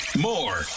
More